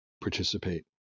participate